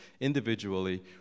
individually